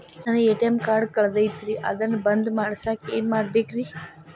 ನನ್ನ ATM card ಕಳದೈತ್ರಿ ಅದನ್ನ ಬಂದ್ ಮಾಡಸಾಕ್ ಏನ್ ಮಾಡ್ಬೇಕ್ರಿ?